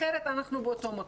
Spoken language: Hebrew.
אחרת אנחנו באותו מקום.